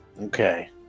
Okay